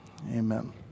Amen